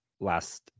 last